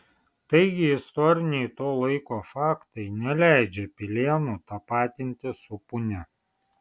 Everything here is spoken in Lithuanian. taigi istoriniai to laiko faktai neleidžia pilėnų tapatinti su punia